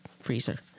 freezer